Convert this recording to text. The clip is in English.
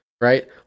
Right